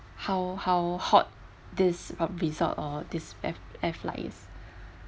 how how hot this um resort uh this air flight is